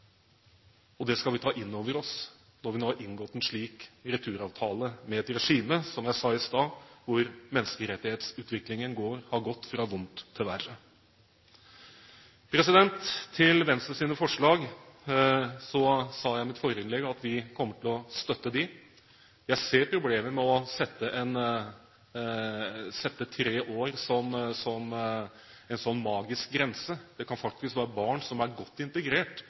Det skal vi ta inn over oss når vi nå har inngått en returavtale med et regime, som jeg sa i sted, hvor menneskerettighetsutviklingen har gått fra vondt til verre. Til Venstres forslag: Jeg sa i mitt forrige innlegg at vi kommer til å støtte dem. Jeg ser problemet med å sette tre år som en slags magisk grense – det kan faktisk være barn som er godt integrert,